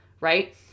right